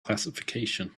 classification